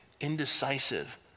indecisive